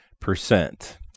percent